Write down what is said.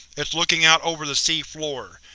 it's looking out over the sea floor,